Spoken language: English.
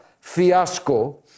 fiasco